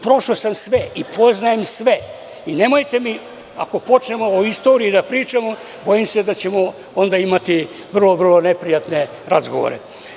Prošao sam sve, poznajem sve i nemojte mi, ako počnemo o istoriji da pričamo, bojim se daćemo onda imati vrlo neprijatne razgovore.